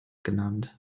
genannt